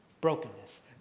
brokenness